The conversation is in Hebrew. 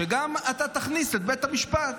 שאתה גם תכניס את בית המשפט.